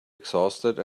exhausted